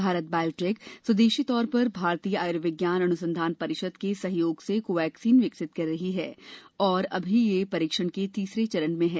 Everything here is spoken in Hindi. भारत बायोटेक स्वदेशी तौर पर भारतीय आयुर्विज्ञान अनुसंधान परिषद के सहयोग से कोवैक्सीन विकसित कर रही है और अभी यह परीक्षण के तीसरे चरण में है